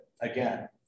again